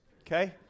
okay